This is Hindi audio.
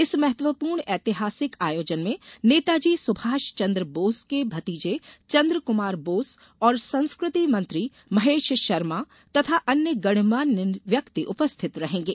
इस महत्वपूर्ण ऐतिहासिक आयोजन में नेताजी सुभाष चंद्र बोस के भतीजे चंद्र कुमार बोस और संस्कृति मंत्री महेश शर्मा तथा अन्य गण्यमान्य व्यक्ति उपस्थित रहेंगे